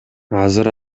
азыр